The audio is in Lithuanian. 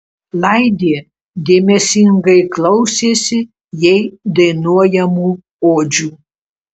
laidė dėmesingai klausėsi jai dainuojamų odžių